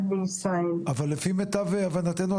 --- אבל לפי מיטב הבנתנו,